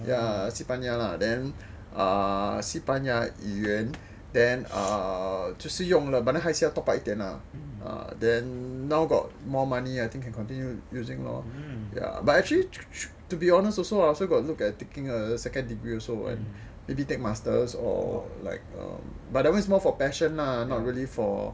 ya 西班牙啦 then 西班牙语言 then err 就是用了 but 还是需要 top up 一点 then now ah then now got more money I think can continue using lor ya but actually to be honest also I also got look at taking a second degree also and maybe take masters or like um but that one is more for passion lah not really for